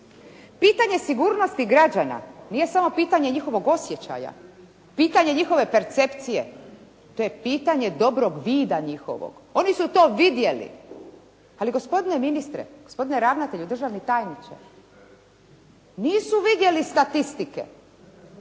Pitanje sigurnosti građana, nije samo pitanje njihovog osjećaja, pitanje njihove percepcije. To je pitanje dobrog vida njihovog. Oni su to vidjeli, ali gospodine ministre, gospodine ravnatelju, državni tajniče nisu vidjeli statistike